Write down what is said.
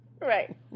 Right